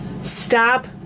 stop